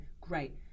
great